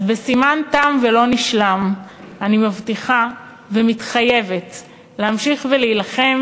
אז בסימן תם ולא נשלם אני מבטיחה ומתחייבת להמשיך להילחם